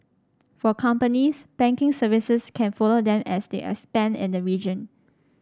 for companies banking services can follow them as they expand in the region